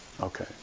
okay